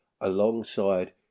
alongside